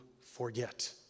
forget